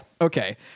okay